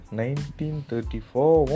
1934